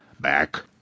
Back